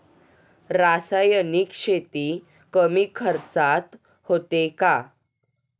रासायनिक शेती कमी खर्चात होते का?